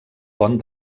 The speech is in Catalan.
pont